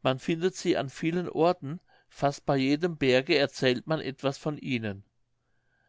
man findet sie an vielen orten fast bei jedem berge erzählt man etwas von ihnen